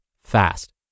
fast